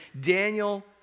Daniel